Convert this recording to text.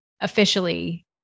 officially